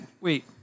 Wait